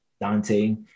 Dante